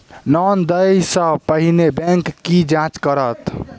Loan देय सा पहिने बैंक की जाँच करत?